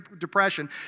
Depression